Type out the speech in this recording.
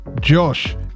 Josh